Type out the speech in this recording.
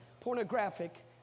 pornographic